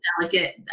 delicate